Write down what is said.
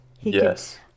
Yes